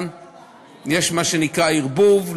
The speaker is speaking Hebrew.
גם יש מה שנקרא ערבוב,